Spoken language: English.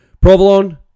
Provolone